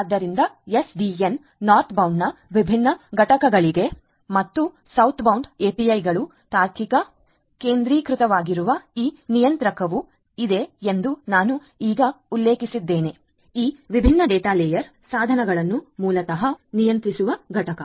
ಆದ್ದರಿಂದ ಎಸ್ಡಿಎನ್ ನಾರ್ತ್ಬೌಂಡ್ನ ವಿಭಿನ್ನ ಘಟಕಗಳಿವೆ ಮತ್ತು ಸೌತ್ಬೌಂಡ್ ಎಪಿಐಗಳು ತಾರ್ಕಿಕ ಕೇಂದ್ರೀಕೃತವಾಗಿರುವ ಈ ನಿಯಂತ್ರಕವೂ ಇದೆ ಎಂದು ನಾನು ಈಗ ಉಲ್ಲೇಖಿಸಿದ್ದೇನೆ ಈ ವಿಭಿನ್ನ ಡೇಟಾ ಲೇಯರ್ ಸಾಧನಗಳನ್ನು ಮೂಲತಃ ನಿಯಂತ್ರಿಸುವ ಘಟಕ